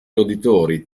roditori